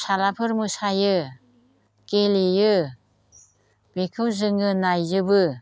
फिसालाफोर मोसायो गेलेयो बेखौ जोङो नायजोबो